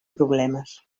problemes